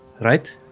right